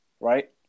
right